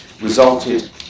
resulted